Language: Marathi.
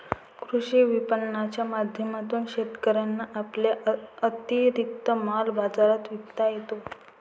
कृषी विपणनाच्या माध्यमातून शेतकऱ्यांना आपला अतिरिक्त माल बाजारात विकता येतो